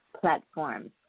platforms